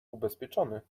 ubezpieczony